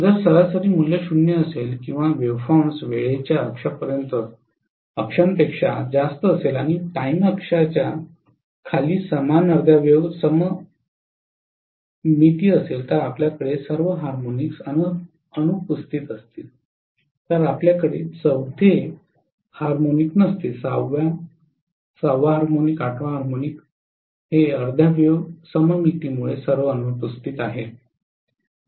जर सरासरी मूल्य 0 असेल किंवा वेव्हफॉर्म वेळेच्या अक्षांपेक्षा जास्त असेल आणि टाइम अक्षच्या खाली समान अर्ध्या वेव्ह सममिती असेल तर आपल्याकडे सर्व हार्मोनिक्स अनुपस्थित असतील तर आपल्याकडे चौथे हार्मोनिक नसते सहावा हार्मोनिक आठवा हार्मोनिक अर्ध्या वेव्ह सममितीमुळे सर्व अनुपस्थित आहेत